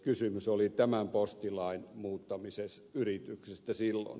kysymys oli tämän postilain muuttamisyrityksestä silloin